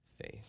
faith